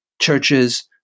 churches